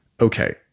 Okay